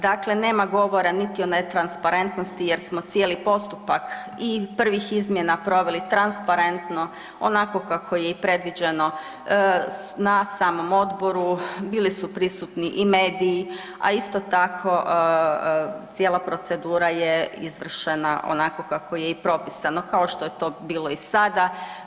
Dakle, nema govora niti o netransparentnosti jer smo cijeli postupak i prvih izmjena proveli transparentno onako kako je i predviđeno na samom odboru, bili su prisutni i mediji, a isto tako cijela procedura je izvršena onako kako je i propisano kao što je to bilo i sada.